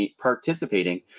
participating